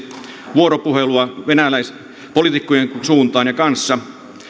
vuoropuhelu venäläispoliitikkojen suuntaan ja kanssa